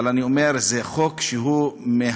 אבל אני אומר: זה חוק שהוא,